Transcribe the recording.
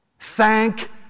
Thank